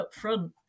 upfront